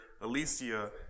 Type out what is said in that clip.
Alicia